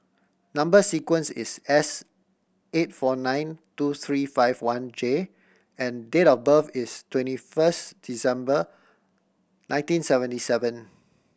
number sequence is S eight four nine two three five one J and date of birth is twenty first December nineteen seventy seven